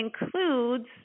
includes